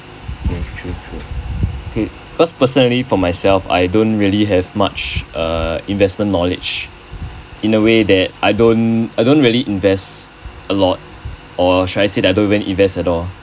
sure sure okay because personally for myself I don't really have much err investment knowledge in the way that I don't I don't really invest a lot or should I say that I don't invest at all